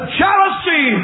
jealousy